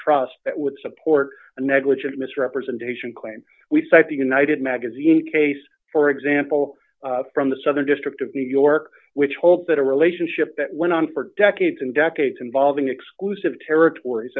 trust that would support a negligent misrepresentation claim we cite the united magazine case for example from the southern district of new york which holds that a relationship that went on for decades and decades involving exclusive territories